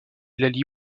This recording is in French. laly